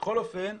בכל אופן,